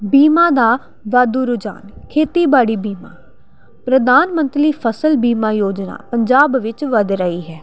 ਬੀਮਾ ਦਾ ਵਾਧੂ ਰੁਝਾਨ ਖੇਤੀਬਾੜੀ ਬੀਮਾ ਪ੍ਰਧਾਨ ਮੰਤਰੀ ਫਸਲ ਬੀਮਾ ਯੋਜਨਾ ਪੰਜਾਬ ਵਿੱਚ ਵੱਧ ਰਹੀ ਹੈ